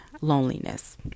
loneliness